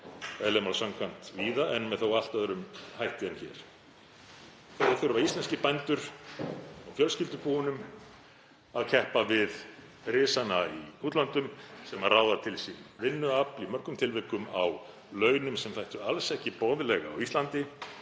eðli máls samkvæmt víða en með allt öðrum hætti en hér. Íslenskir bændur á fjölskyldubúunum þurfa að keppa við risana í útlöndum sem ráða til sín vinnuafl í mörgum tilvikum á launum sem þættu alls ekki boðleg á Íslandi,